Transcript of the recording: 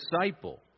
disciple